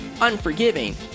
unforgiving